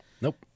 Nope